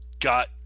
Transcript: got